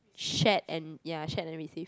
shared and ya shared and received